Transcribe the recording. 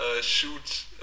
shoot